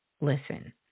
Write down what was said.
Listen